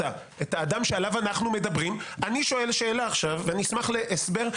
את האדם שעליו אנחנו מדברים אני שואל שאלה עכשיו ואשמח להסבר.